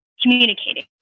communicating